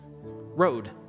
road